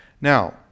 Now